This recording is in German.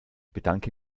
bedanke